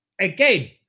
Again